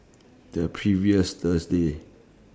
The previous Thursday